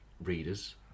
readers